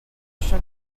chien